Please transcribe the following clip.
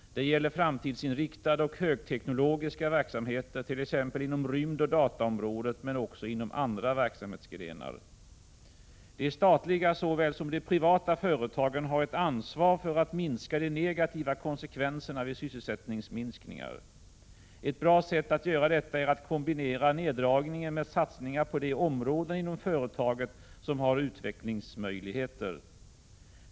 Det gäller framtidsinriktade och högteknologiska versamheter, t.ex. inom rymdoch dataområdet, men också inom andra verksamhetsgrenar. De statliga såväl som de privata företagen har ett ansvar för att minska de negativa konsekvenserna vid sysselsättningsminskningar. Ett bra sätt att göra detta är att kombinera neddragningen med satsningar på de områden inom företaget som har utvecklingsmöjligheter.